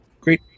great